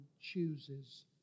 chooses